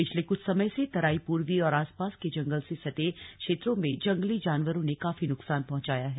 पिछले कुछ समय से तराई पूर्वी और आसपास के जंगल से सटे क्षेत्रों में जंगली जानवरों ने काफी नुकसान पहुंचाया है